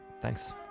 Thanks